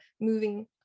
moving